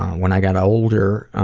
when i got ah older,